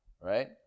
right